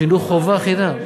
חינוך חובה חינם.